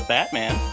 Batman